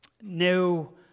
no